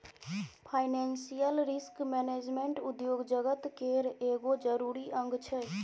financial risk management उद्योग जगत केर एगो जरूरी अंग छै